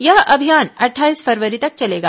यह अभियान अट्ठाईस फरवरी तक चलेगा